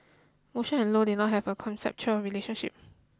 motion and low did not have a conceptual relationship